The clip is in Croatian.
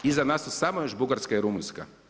Iza nas su samo još Bugarska i Rumunjska.